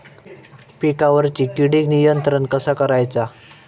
पिकावरची किडीक नियंत्रण कसा करायचा?